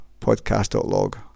podcast.log